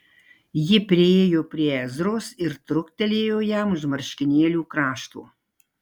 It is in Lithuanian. ji priėjo prie ezros ir truktelėjo jam už marškinėlių krašto